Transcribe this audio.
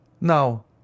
Now